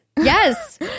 Yes